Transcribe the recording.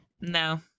no